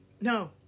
No